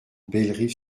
bellerive